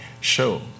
show